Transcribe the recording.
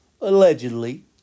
allegedly